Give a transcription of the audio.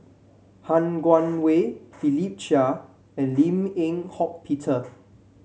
Han Guangwei Philip Chia and Lim Eng Hock Peter